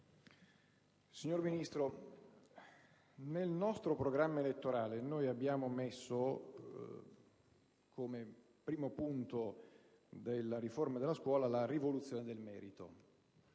signora Ministro, nel nostro programma elettorale noi abbiamo messo, come primo punto della riforma della scuola, la rivoluzione del merito.